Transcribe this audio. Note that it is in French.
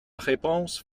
réponse